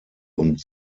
und